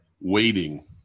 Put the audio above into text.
Waiting